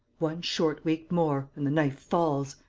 one short week more. and the knife falls.